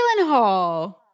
Gyllenhaal